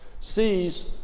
sees